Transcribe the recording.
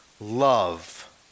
love